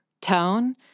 tone